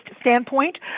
standpoint